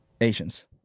Asians